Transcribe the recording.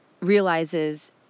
realizes